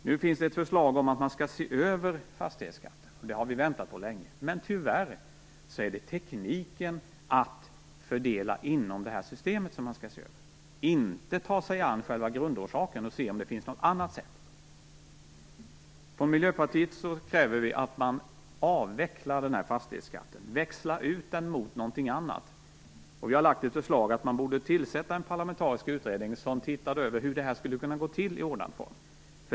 Nu finns det ett förslag om att man skall se över fastighetsskatten. Det har vi väntat på länge. Men tyvärr är det tekniken för att fördela inom detta system som man skall se över, och inte ta sig an själva grundorsaken och se om det finns något annat sätt att göra detta. Från Miljöpartiet kräver vi att man avvecklar fastighetsskatten och växlar ut den mot någonting annat. Vi har lagt fram ett förslag om att man borde tillsätta en parlamentarisk utredning som såg över hur detta skulle kunna gå till i en ordnad form.